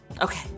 Okay